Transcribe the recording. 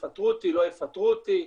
יפטרו אותי, לא יפטרו אותי.